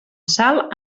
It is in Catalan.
sal